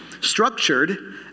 structured